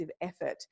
effort